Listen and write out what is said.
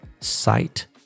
site